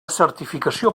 certificació